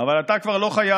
אבל אתה כבר לא חייל.